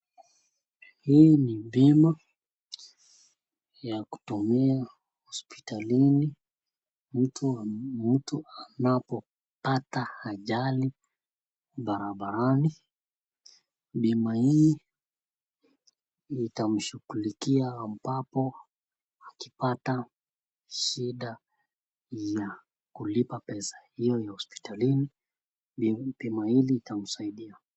Hii ni bima ya kutumia hospitalini. Mtu anapopata ajali barabarani. Bima hii itamshughulikia ambapo akipata shida ya kulipa pesa hiyo ya hospitalini, bima hili itamsaidia.